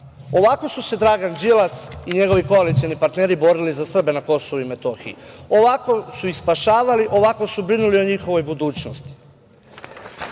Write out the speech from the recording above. Ovako su se Dragan Đilas i njegovi koalicioni partneri borili za Srbe na Kosovu i Metohiji, ovako su ih spašavali, ovako su brinuli o njihovoj budućnosti. Nakon